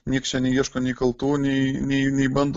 nieks čia neieško nei kaltų nei nei nei bando